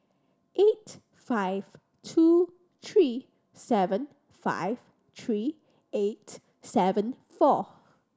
eight five two three seven five three eight seven four